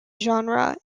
genre